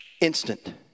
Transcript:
Instant